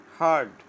Hard